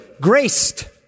graced